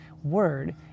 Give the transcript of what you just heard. word